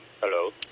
hello